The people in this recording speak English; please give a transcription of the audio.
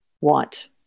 want